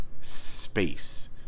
space